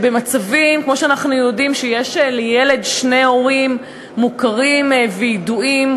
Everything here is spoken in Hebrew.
כמו שאנחנו יודעים שיש לילד שני הורים מוכרים וידועים,